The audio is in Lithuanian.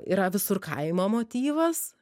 yra visur kaimo motyvas